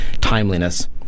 timeliness